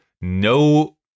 No